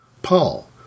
Paul